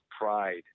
pride